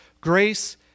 grace